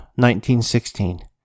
1916